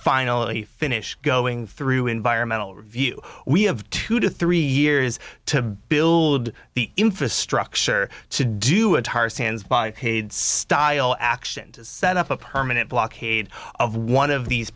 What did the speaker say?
finally finish going through environmental review we have two to three years to build the infrastructure to do a tar sand style action set up a permanent blockade of one of these